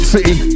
City